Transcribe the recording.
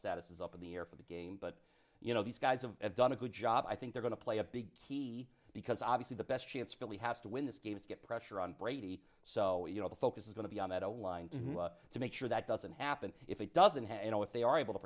status is up in the air for the game but you know these guys of done a good job i think they're going to play a big key because obviously the best chance billy has to win this game is to get pressure on brady so you know the focus is going to be on that old line to make sure that doesn't happen if it doesn't have any what they are able to